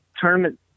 tournament